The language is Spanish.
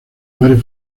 varios